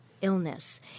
illness